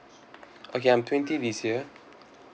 okay I'm twenty this year